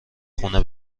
خونه